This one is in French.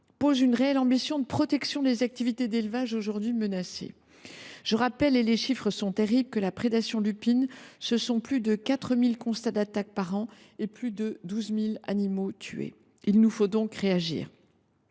une réelle ambition de protection des activités d’élevage aujourd’hui menacées. Les chiffres sont terribles : la prédation lupine, c’est plus de 4 000 constats d’attaque par an et plus de 12 000 animaux tués. Il nous faut donc réagir.